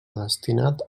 destinat